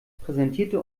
präsentierte